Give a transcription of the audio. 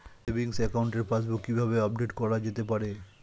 Savings একাউন্টের passbook কি কিভাবে আপডেট করা যেতে পারে?